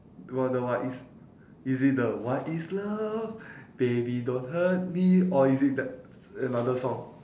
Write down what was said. do you want know what is is it the what is love baby don't hurt me or is it tha~ another song